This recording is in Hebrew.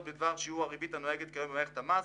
בדבר שיעור הריבית הנוהגת כיום במערכת המס,